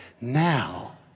Now